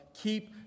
Keep